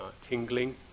tingling